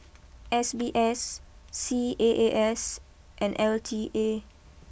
S B S C A A S and L T A